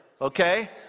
okay